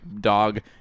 dog